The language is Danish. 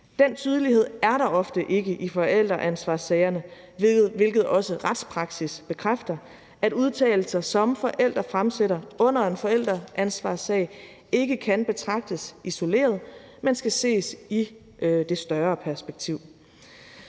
Den tydelighed er der ofte ikke i forældreansvarssagerne, hvilket også retspraksis bekræfter, altså at udtalelser, som forældre fremsætter under en forældreansvarssag, ikke kan betragtes isoleret, men skal ses i et større perspektiv.